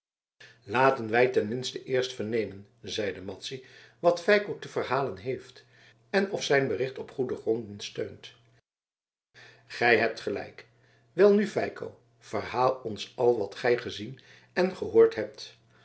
laten wij ten minste eerst vernemen zeide madzy wat feiko te verhalen heeft en of zijn bericht op goede gronden steunt gij hebt gelijk welnu feiko verhaal ons al wat gij gezien en gehoord hebt